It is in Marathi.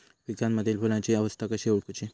पिकांमदिल फुलांची अवस्था कशी ओळखुची?